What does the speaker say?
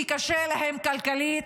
כי קשה להם כלכלית,